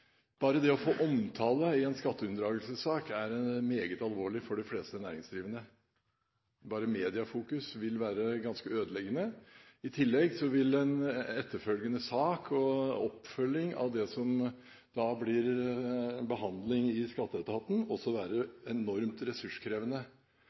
Bare det å få omtale i en skatteunndragelsessak er meget alvorlig for de fleste næringsdrivende – bare mediefokuseringen vil være ganske ødeleggende. I tillegg vil en etterfølgende sak og oppfølging av den – som blir behandling i skatteetaten – også være